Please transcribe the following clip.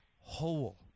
whole